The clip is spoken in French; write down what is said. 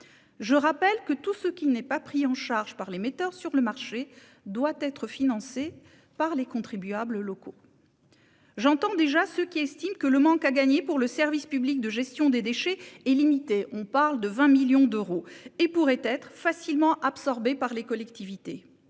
Je rappelle que tout ce qui n'est pas pris en charge par les metteurs sur le marché doit être financé par les contribuables locaux. J'entends déjà ceux qui estiment que le manque à gagner pour le service public de gestion des déchets est limité- une vingtaine de millions d'euros -et pourrait être facilement absorbé par les collectivités.